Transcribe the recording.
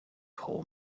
call